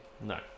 No